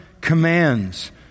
commands